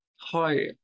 Hi